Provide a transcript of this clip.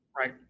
Right